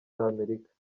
amerika